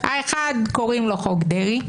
האחד קוראים לו "חוק דרעי",